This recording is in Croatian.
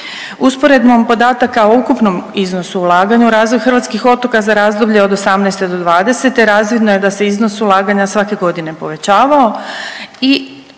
Usporedbom podataka o ukupnom iznosu ulaganja u razvoj hrvatskih otoka za razdoblje od '18. do '20. razvidno je da se iznos ulaganja svake godine povećavao